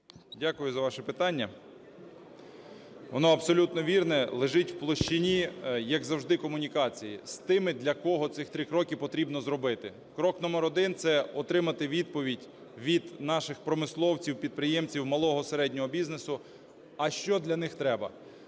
Дякую за ваше питання. Воно абсолютно вірне, лежить у площині, як завжди, комунікації з тими, для кого ці три кроки потрібно зробити. Крок номер один. Це отримати відповідь від наших промисловці, підприємців малого, середнього бізнесу – а що для них треба?